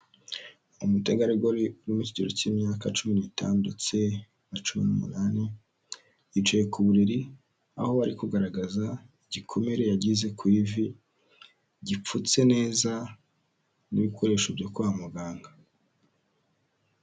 Umutegarugori uri mu kigero cy'imyaka cumi n'itanu ndetse na cumi n'umunani, yicaye ku buriri aho ari kugaragaza igikomere yagize ku ivi, gipfutse neza n'ibikoresho byo kwa muganga.